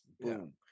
boom